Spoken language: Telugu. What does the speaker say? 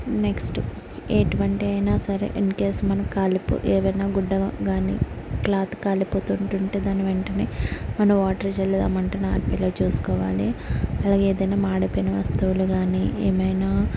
నెక్స్ట్ ఎటువంటి అయినా సరే ఇన్ కేస్ మనం కాలిపో ఏవైనా గుడ్డ కాని క్లాత్ కాలిపోతుంటుంటే దాని వెంటనే మనం వాటర్ చల్లడం మంటను ఆర్పేలా చూసుకోవాలి అలాగే ఏదైనా మాడిపోయిన వస్తువులు కాని ఏమైనా